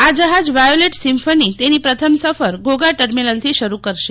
આ જહાજ violet symphony તેની પ્રથમ સફર ઘોઘા ટર્મીનલથી શરૂ કરાશે